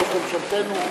ראש ממשלתנו,